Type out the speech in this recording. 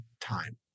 time